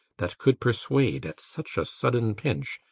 that could persuade, at such a sudden pinch,